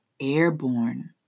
airborne